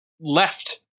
left